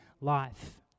life